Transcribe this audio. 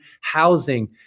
housing